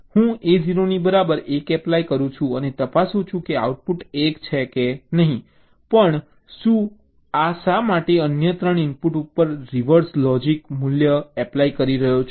હું A0 ની બરાબર 1 એપ્લાય કરું છું અને તપાસું છું કે આઉટપુટ 1 છે કે નહીં પણ હું શા માટે અન્ય 3 ઇનપુટ ઉપર રિવર્સ લોજિક મૂલ્ય એપ્લાય કરી રહ્યો છું